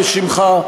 בשמך,